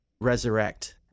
resurrect